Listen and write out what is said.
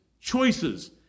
Choices